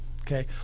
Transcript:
Okay